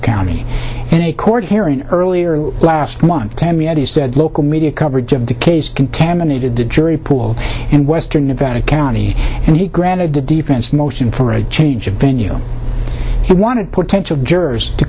county and a court hearing earlier last month he said local media coverage of the case contaminated to jury pool in western nevada county and he granted the defense motion for a change of venue he wanted potential jurors to